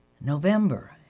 November